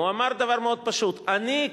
הוא אמר דבר מאוד פשוט: אני,